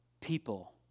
people